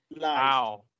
Wow